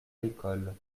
l’école